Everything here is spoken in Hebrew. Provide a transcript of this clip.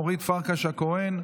אורית פרקש הכהן,